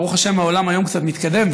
ברוך השם העולם היום קצת מתקדם,